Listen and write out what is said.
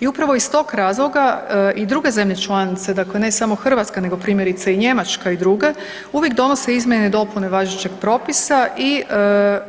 I upravo iz tog razloga i druge zemlje članice dakle ne samo Hrvatska nego primjerice Njemačka i druge, uvijek donose izmjene i dopune važećeg propisa i